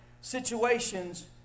situations